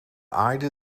aarde